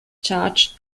charged